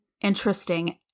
interesting